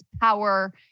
power